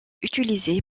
utilisé